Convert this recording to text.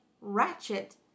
ratchet